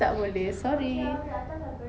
tak boleh sorry